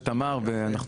בתמר.